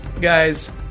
guys